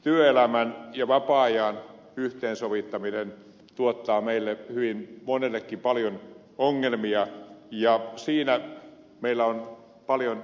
työelämän ja vapaa ajan yhteensovittaminen tuottaa hyvin monellekin meistä paljon ongelmia ja siinä meillä on paljon tarkasteltavaa